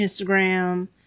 Instagram